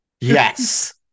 yes